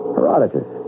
Herodotus